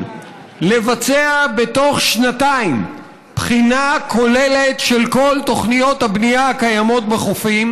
לבצע בתוך שנתיים בחינה כוללת של כל תוכניות הבנייה הקיימות בחופים,